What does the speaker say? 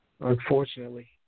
Unfortunately